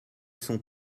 sont